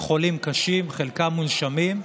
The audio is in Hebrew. חולים קשים, חלקם מונשמים,